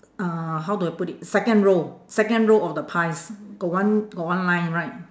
uh how do I put it second row second row of the pies got one got one line right